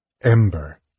Ember